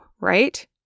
right